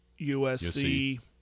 usc